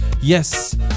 Yes